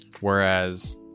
whereas